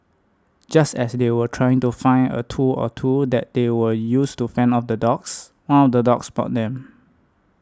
just as they were trying to find a tool or two that they would use to fend off the dogs one of the dogs spotted them